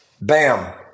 Bam